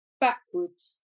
backwards